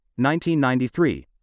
1993